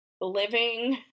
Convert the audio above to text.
living